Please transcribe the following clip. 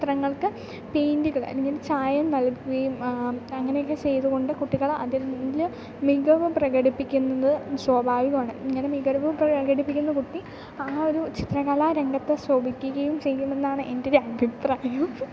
ചിത്രങ്ങൾക്ക് പെയിൻറ്റുകൾ അല്ലെങ്കിൽ ചായം നൽകുകയും അങ്ങനെയൊക്കെ ചെയ്തു കൊണ്ട് കുട്ടികൾ അതിൽ മികവ് പ്രകടിപ്പിക്കുന്നത് സ്വാഭാവികമാണ് ഇങ്ങനെ മികവ് പ്രകടിപ്പിക്കുന്ന കുട്ടി ആ ഒരു ചിത്രകലാ രംഗത്ത് ശോഭിക്കുകയും ചെയ്യുമെന്നാണ് എൻ്റൊരഭിപ്രായം